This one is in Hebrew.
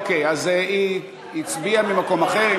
אוקיי, אז היא הצביעה ממקום אחר.